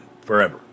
Forever